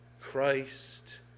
Christ